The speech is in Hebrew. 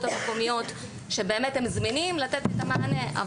המקומיות שבאמת הם זמינים לתת את המענה.